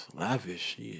Lavish